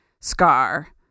Scar